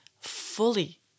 fully